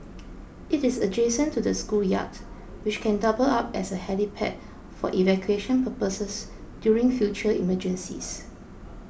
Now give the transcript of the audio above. it is adjacent to the schoolyard which can double up as a helipad for evacuation purposes during future emergencies